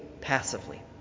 passively